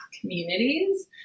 communities